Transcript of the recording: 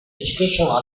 educational